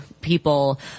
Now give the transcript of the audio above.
people